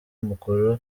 mukuru